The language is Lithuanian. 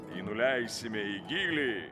jį nuleisime į gylį